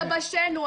זו בעיה שלנו,